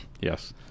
Yes